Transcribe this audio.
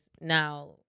now